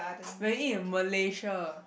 when you eat in Malaysia